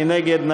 מי נגד?